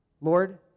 Lord